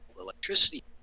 electricity